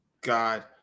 God